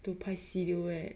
to 拍 silhoutte